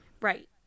right